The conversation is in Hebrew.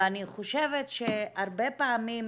ואני חושבת שהרבה פעמים